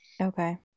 Okay